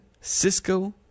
cisco